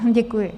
Děkuji.